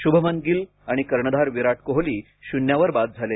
शुभमन गिल आणि कर्णधार विराट कोहली शून्यावर बाद झाले